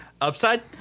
Upside